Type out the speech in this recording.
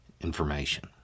information